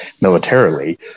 militarily